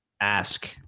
ask